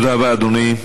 תודה רבה, אדוני.